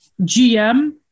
GM